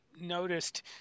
noticed